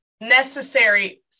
necessary